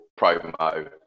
promo